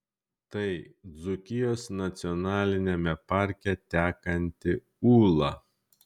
tai dzūkijos nacionaliniame parke tekanti ūla